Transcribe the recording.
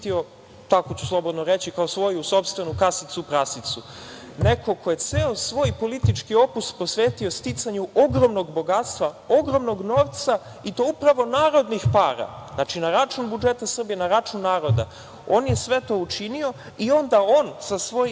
tako ću slobodno reći, kao svoju sopstvenu kasicu prasicu. Neko ko je ceo svoj politički opus posvetio sticanju ogromnog bogatstva, ogromnog novca i to upravo narodnih para, znači na račun budžeta Srbije, na račun naroda. On je svet o učinio i onda on sa svojim